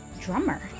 Drummer